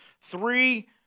three